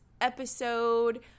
episode